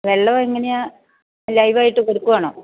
വെള്ളം എങ്ങനെയാണ് ലൈവായിട്ട് കൊടുക്കുകയാണോ